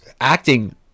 acting